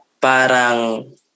parang